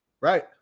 Right